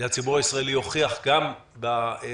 והציבור הישראלי הוכיח גם בקורונה,